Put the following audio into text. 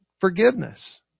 forgiveness